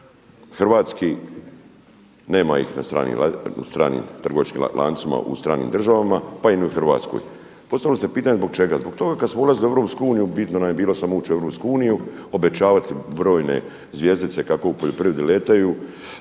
hrvatski nema ih u stranim trgovačkim lancima, u stranim državama pa ni u Hrvatskoj. Postavili ste pitanje zbog čega? Zbog toga kad smo ulazili u EU bitno nam je bilo samo ući u EU, obećavati brojne zvjezdice kako u poljoprivredi letaju,